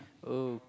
oh